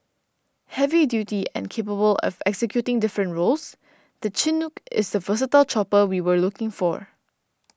heavy duty and capable of executing different roles the Chinook is the versatile chopper we were looking for